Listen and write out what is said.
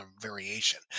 variation